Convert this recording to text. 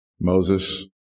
Moses